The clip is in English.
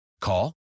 Call